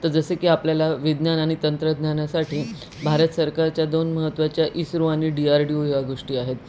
तर जसे की आपल्याला विज्ञान आणि तंत्रज्ञानासाठी भारत सरकारच्या दोन महत्त्वाच्या इसरो आणि डी आर डी ओ या गोष्टी आहेत